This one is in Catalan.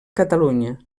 catalunya